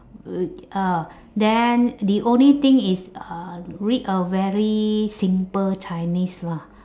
uh then the only thing is uh read a very simple chinese lah